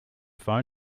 phone